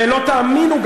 ולא תאמינו,